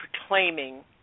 proclaiming